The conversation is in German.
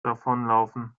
davonlaufen